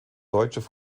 deutscher